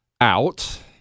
out